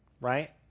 right